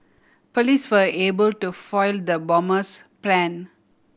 police for able to foil the bomber's plan